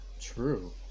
True